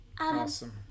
Awesome